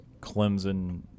Clemson